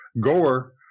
gore